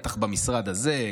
בטח במשרד הזה,